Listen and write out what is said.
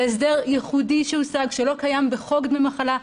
זה הסדר ייחודי שהושג, שלא קיים בחוק דמי מחלה.